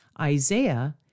Isaiah